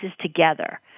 together